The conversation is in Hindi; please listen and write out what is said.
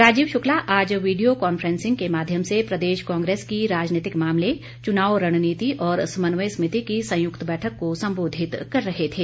राजीव शुक्ला आज वीडियो कांफ्रेसिंग के माध्यम से प्रदेश कांग्रेस की राजनीतिक मामले चुनाव रणनीति और समन्वय समीति की संयुक्त बैठक को संबोधित कर रहे थे